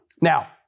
Now